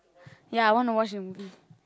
ya I wanna watch the movie